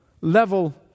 level